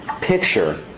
picture